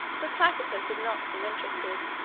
the platypus did not seem interested,